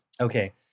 Okay